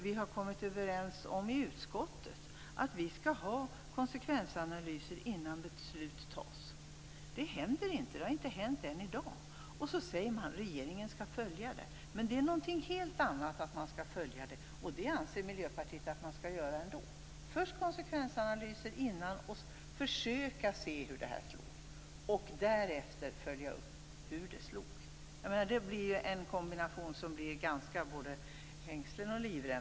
Vi har kommit överens om i utskottet att vi skall ha konsekvensanalyser innan beslut fattas. Det händer inte. Det har inte hänt än i dag. Man säger att regeringen skall följa dessa. Men det är någonting helt annat att göra det. Miljöpartiet anser att man skall göra det ändå. Först gör man konsekvensanalysen innan man fattar beslut. Man skall försöka se hur beslutet slår. Därefter skall man följa upp hur det slog. Det blir en kombination som känns som både hängslen och livrem.